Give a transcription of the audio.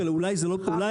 ההתנגדות,